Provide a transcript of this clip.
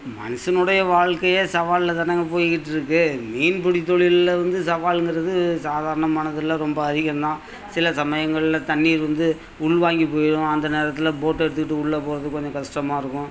மனுஷனுடைய வாழ்க்கையே சவாலில் தானங்க போயிக்கிட்டுருக்கு மீன்பிடி தொழிலில் வந்து சவால்ங்கிறது சாதாரணமானது இல்லை ரொம்ப அதிகம்தான் சில சமயங்களில் தண்ணீர் வந்து உள்வாங்கி போய்டும் அந்த நேரத்தில் போட்டை எடுத்துக்கிட்டு உள்ள போகறது கொஞ்சம் கஷ்டமாக இருக்கும்